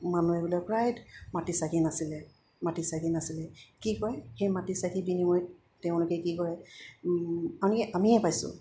মানুহে বোলে প্ৰায় মাটি চাকি নাছিলে মাটি চাকি নাছিলে কি কয় সেই মাটি চাকি বিনিময়ত তেওঁলোকে কি কৰে আমি আমিয়ে পাইছোঁ